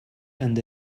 and